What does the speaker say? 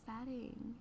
setting